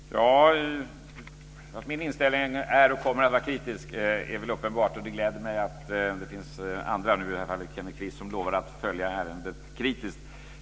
Fru talman! Att min inställning är och kommer att vara kritisk är väl uppenbart. Det gläder mig att det finns andra, som Kenneth Kvist, som lovar att följa ärendet kritiskt.